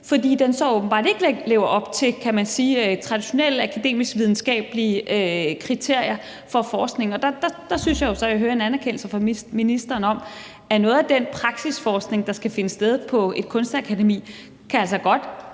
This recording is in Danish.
fordi den så åbenbart ikke lever op til, kan man sige, traditionelle akademiske og videnskabelige kriterier for forskning. Der synes jeg jo så, at jeg hører en anerkendelse fra ministeren af, at noget af den praksisforskning, der skal finde sted på et kunstakademi, altså godt